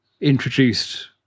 introduced